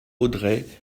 audrey